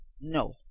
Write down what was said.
no